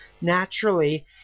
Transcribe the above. Naturally